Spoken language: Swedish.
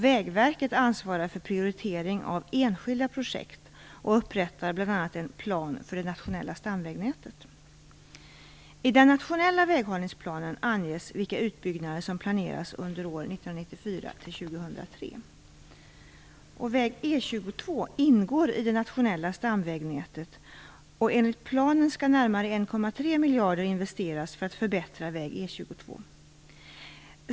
Vägverket ansvarar för prioritering av enskilda projekt och upprättar bl.a. en plan för det nationella stamvägnätet. Väg E 22 ingår i det nationella stamvägnätet. Enligt planen skall närmare 1,3 miljarder kronor investeras för att förbättra väg E 22.